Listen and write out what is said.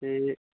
ਅਤੇ